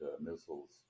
missiles